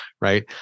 right